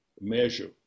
measure